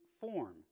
form